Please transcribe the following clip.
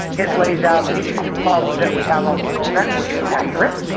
it lays out issues and problems that we have on the program, which are accurate,